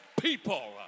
people